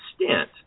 extent